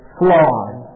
flawed